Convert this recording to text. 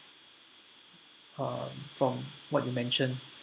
um from what you mention